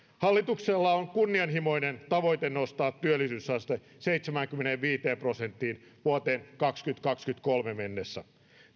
hallituksella on kunnianhimoinen tavoite nostaa työllisyysaste seitsemäänkymmeneenviiteen prosenttiin vuoteen kaksituhattakaksikymmentäkolme mennessä